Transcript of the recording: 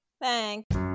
Thanks